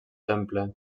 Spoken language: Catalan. temple